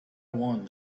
one